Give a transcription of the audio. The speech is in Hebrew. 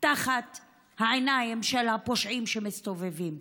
תחת העיניים של הפושעים שמסתובבים.